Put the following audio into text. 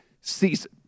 season